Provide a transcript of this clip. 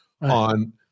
on